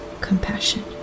compassion